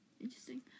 Interesting